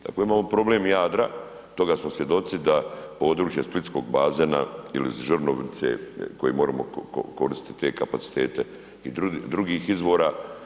Dakle imamo problem Jadra, toga smo svjedoci da područje splitskog bazena ili Žrnovnice koji moramo koristiti te kapacitete i drugih izvora.